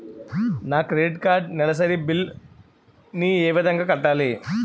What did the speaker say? నా credit card నెలసరి bill ని ఏ విధంగా కట్టాలి?